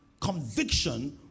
conviction